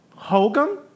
Hogan